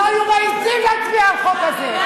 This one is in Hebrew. לא היו מעיזים להצביע על החוק הזה.